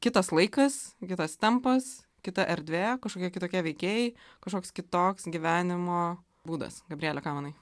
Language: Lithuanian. kitas laikas kitas tempas kita erdvė kažkokie kitokie veikėjai kažkoks kitoks gyvenimo būdas gabriele ką manai